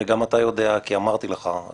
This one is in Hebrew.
וגם אתה יודע כי אמרתי לך,